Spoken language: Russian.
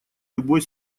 любой